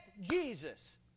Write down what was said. Jesus